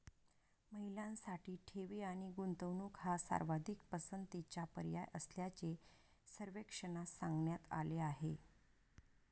महिलांसाठी ठेवी आणि गुंतवणूक हा सर्वाधिक पसंतीचा पर्याय असल्याचे सर्वेक्षणात सांगण्यात आले आहे